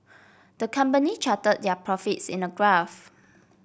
the company charted their profits in a graph